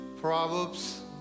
Proverbs